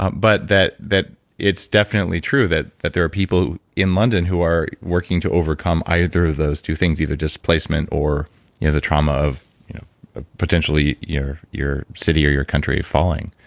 um but that that it's definitely true that that there are people in lond and who are working to overcome either of those two things, either displacement or you know the trauma of ah potentially your your city or your country falling